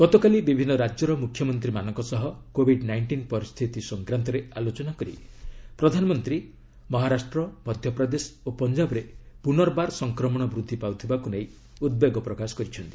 ଗତକାଲି ବିଭିନ୍ନ ରାଜ୍ୟର ମୁଖ୍ୟମନ୍ତ୍ରୀମାନଙ୍କ ସହ କୋବିଡ୍ ନାଇଷ୍ଟିନ୍ ପରିସ୍ଥିତି ସଂକ୍ରାନ୍ତରେ ଆଲୋଚନା କରି ପ୍ରଧାନମନ୍ତ୍ରୀ ମହାରାଷ୍ଟ୍ର ମଧ୍ୟପ୍ରଦେଶ ଓ ପଞ୍ଜାବରେ ପୁନର୍ବାର ସଂକ୍ରମଣ ବୃଦ୍ଧି ପାଉଥିବାକୁ ନେଇ ଉଦ୍ବେଗ ପ୍ରକାଶ କରିଛନ୍ତି